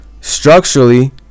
structurally